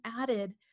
added